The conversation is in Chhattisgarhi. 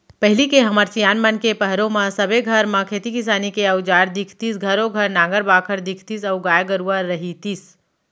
पहिली के हमर सियान मन के पहरो म सबे घर म खेती किसानी के अउजार दिखतीस घरों घर नांगर बाखर दिखतीस अउ गाय गरूवा रहितिस